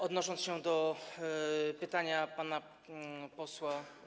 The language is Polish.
Odniosę się do pytania pana posła.